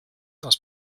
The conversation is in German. aus